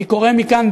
אני קורא מכאן,